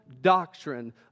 doctrine